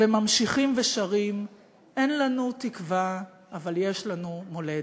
וממשיכים ושרים: "אין לנו תקווה אבל יש לנו מולדת".